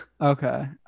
Okay